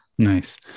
Nice